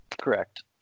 Correct